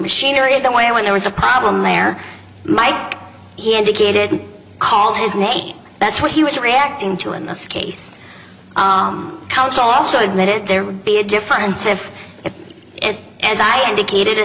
machinery of the way when there was a problem there mike he indicated called his name that's what he was reacting to in this case counsel also admitted there would be a difference if it is as i indicated a